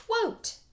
quote